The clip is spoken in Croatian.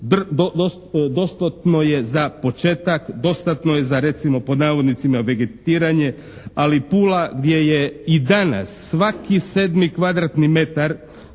dostatno je za početak, dostatno je za recimo "vegetiranje" ali Pula gdje je i danas svaki sedmi kvadratni metar